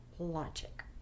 logic